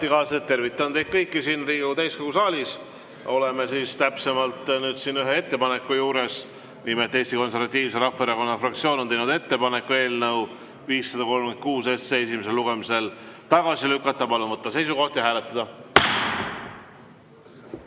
tervitan teid kõiki siin Riigikogu täiskogu saalis. Oleme siis täpsemalt ühe ettepaneku juures. Nimelt, Eesti Konservatiivse Rahvaerakonna fraktsioon on teinud ettepaneku eelnõu 536 esimesel lugemisel tagasi lükata. Palun võtta seisukoht ja hääletada!